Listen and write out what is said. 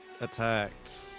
attacked